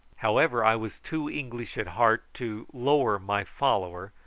however, i was too english at heart to lower my follower,